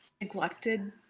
Neglected